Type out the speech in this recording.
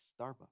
Starbucks